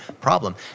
problem